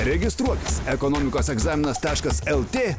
registruokis ekonomikos egzaminas taškas lt